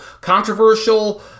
Controversial